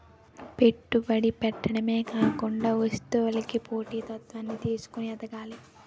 పెట్టుబడి పెట్టడమే కాకుండా వస్తువుకి పోటీ తత్వాన్ని చూసుకొని ఎదగాలి